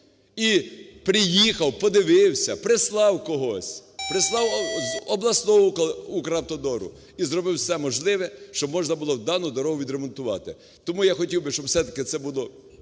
і приїхав, подивився, прислав когось, прислав з обласного "Укравтодору" і зробив все можливо, щоб можна було дану дорогу відремонтувати. Тому я хотів би, щоб все-таки це було